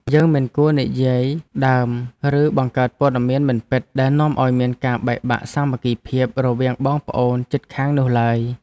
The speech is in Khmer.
យើងមិនគួរនិយាយដើមឬបង្កើតព័ត៌មានមិនពិតដែលនាំឱ្យមានការបែកបាក់សាមគ្គីភាពរវាងបងប្អូនជិតខាងនោះឡើយ។